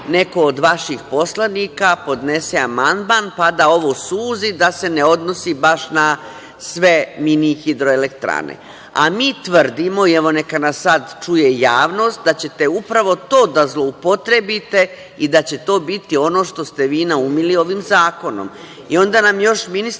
neko od vaših poslanika podnese amandman, pa da ovo suzi, da se ne odnosi baš sve mini hidroelektrane. Mi tvrdimo i evo neka nas sada čuje i javnost, da ćete upravo to da zloupotrebite i da će to biti ono što ste vi naumili ovim zakonom. Onda nam još ministarka